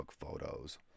photos